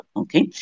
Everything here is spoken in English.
okay